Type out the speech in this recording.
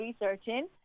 researching